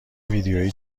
ویدیویی